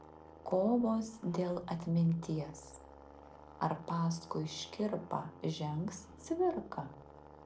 kovos dėl atminties ar paskui škirpą žengs cvirka